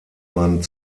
man